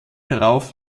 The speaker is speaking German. darauf